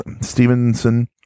Stevenson